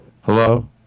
hello